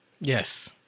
Yes